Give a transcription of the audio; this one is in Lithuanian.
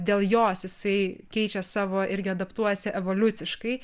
dėl jos jisai keičia savo irgi adaptuojasi evoliuciškai